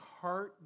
heart